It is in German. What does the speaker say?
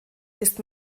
ist